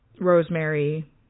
rosemary